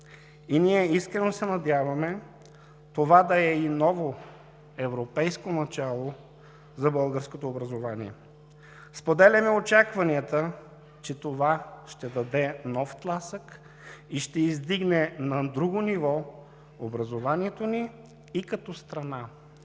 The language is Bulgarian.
и ние искрено се надяваме това да е и ново европейско начало за българското образование. Споделяме очакванията, че това ще даде нов тласък и ще издигне на друго ниво образованието ни и като страна